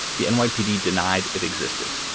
the and nypd denied it existed